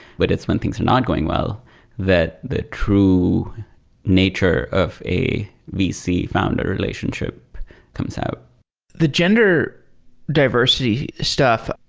but it's when things are not going well that the true nature of a vc founder relationship comes out the gender diversity stuff,